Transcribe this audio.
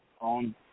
on